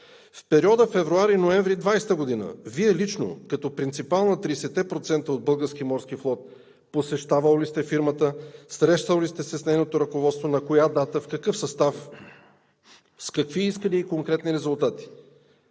В периода февруари – ноември 2020 г. Вие лично, като принципал на 30-те процента от „Български морски флот“, посещавал ли сте фирмата, срещал ли сте се с нейното ръководство, на коя дата, в какъв състав, с какви искания и конкретни резултати?